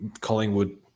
Collingwood